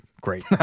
Great